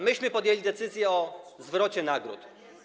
Myśmy podjęli decyzję o zwrocie nagród.